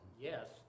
Yes